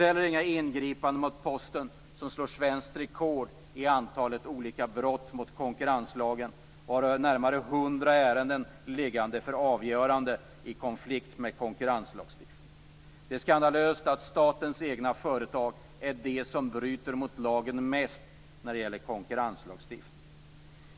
Vi ser inga ingripanden mot posten, som slår svenskt rekord i antalet olika brott mot konkurrenslagen. Närmare 100 ärenden ligger för avgörande i konflikt med konkurrenslagstiftning. Det är skandalöst att statens egna företag är de som bryter mot lagen mest när det gäller konkurrenslagstiftning.